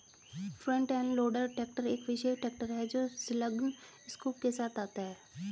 front end loader tractor एक विशेष tractor है जो संलग्न स्कूप के साथ आता है